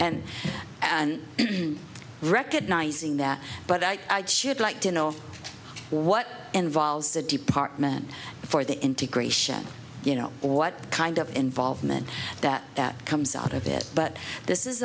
and and recognising that but i should like to know what involves the department for the integration you know what kind of involvement that comes out of it but this is